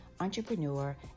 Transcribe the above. entrepreneur